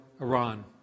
Iran